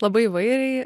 labai įvairiai